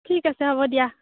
ঠিক আছে হ'ব দিয়া